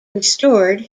restored